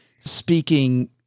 speaking